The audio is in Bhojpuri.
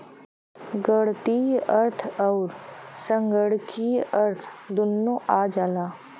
गणीतीय अर्थ अउर संगणकीय अर्थ दुन्नो आ जाला